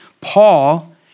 Paul